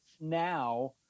now